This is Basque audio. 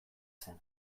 zen